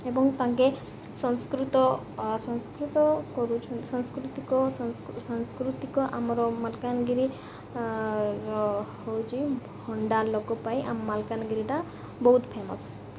ଏବଂ ତାଙ୍କେ ସଂସ୍କୃତ ସଂସ୍କୃତ କରୁଛନ୍ତି ସଂସ୍କୃତିକ ସାଂସ୍କୃତିକ ଆମର ମାଲକାନଗିରି ର ହେଉଛି ଭଣ୍ଡା ଲୋକ ପାଇଁ ଆମ ମାଲକାନଗିରିଟା ବହୁତ ଫେମସ୍